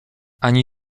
ani